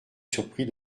surpris